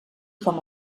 com